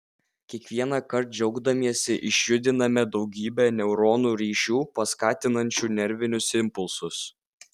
kiekvienąkart džiaugdamiesi išjudiname daugybę neuronų ryšių paskatinančių nervinius impulsus